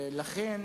הרווחה.